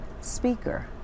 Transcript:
speaker